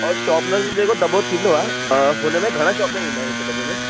ओर शोपनर जो जेको दॿो थींदो आहे हुन में घणा शोपनर ईंदा आहिनि हिकु दॿे में